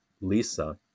Lisa